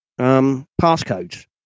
passcodes